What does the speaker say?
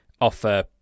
offer